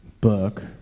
book